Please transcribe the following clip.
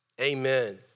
Amen